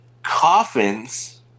Coffins